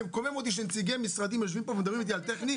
זה מקומם אותי שנציגי משרדים יושבים פה ומדברים איתי על קושי טכני.